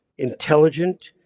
intelligent,